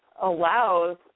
allows